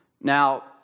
Now